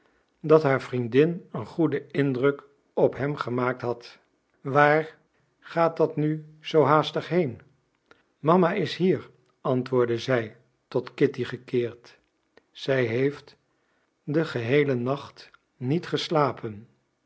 dat haar vriendin een goeden indruk op hem gemaakt had waar gaat dat nu zoo haastig heen mama is hier antwoordde zij tot kitty gekeerd zij heeft den geheelen nacht niet geslapen